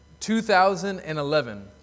2011